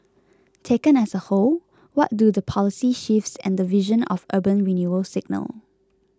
taken as a whole what do the policy shifts and the vision of urban renewal signal